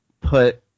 put